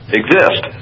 exist